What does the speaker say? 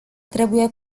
trebuie